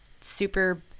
super